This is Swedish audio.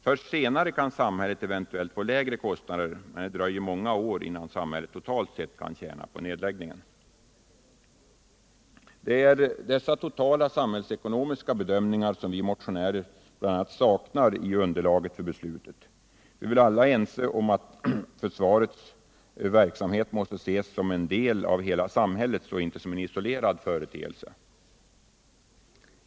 Först senare kan samhället eventuellt få lägre kostnader, men det dröjer många år innan samhället totalt sett kan tjäna på nedläggningen. Det är dessa totala samhällsekonomiska bedömningar som vi motionärer bl.a. saknar i underlaget för beslutet. Vi är väl alla ense om att försvarets verksamhet måste ses som en del av hela samhällets verksamhet och inte som en isolerad företeelse.